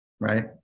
right